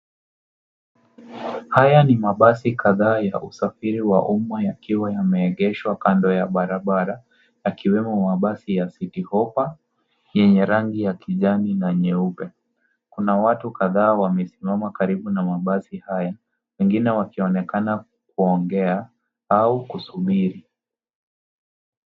Haya ni mabasi ya kadhaa ya usafiri wa umma yakiwa yameegeshwa kando ya barabara yakiwemo mabasi ya citi hoppa yenye rangi ya kijani na nyeupe. Kuna watu kadhaa wamesimama karibu na mabasi haya wengine wakionekana kuongea au kusubiri.